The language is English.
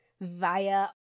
via